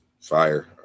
Fire